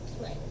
Right